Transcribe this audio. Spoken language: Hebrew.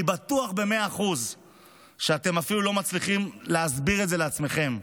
אני בטוח במאה אחוז שאתם אפילו לא מצליחים להסביר את זה לעצמכם,